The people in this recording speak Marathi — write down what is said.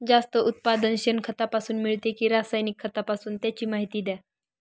जास्त उत्पादन शेणखतापासून मिळते कि रासायनिक खतापासून? त्याची माहिती द्या